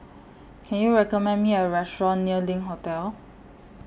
Can YOU recommend Me A Restaurant near LINK Hotel